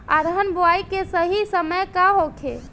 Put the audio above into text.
अरहर बुआई के सही समय का होखे?